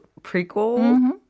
prequel